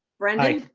brendan. i.